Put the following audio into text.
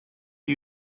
are